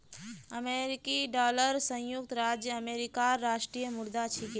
अमेरिकी डॉलर संयुक्त राज्य अमेरिकार राष्ट्रीय मुद्रा छिके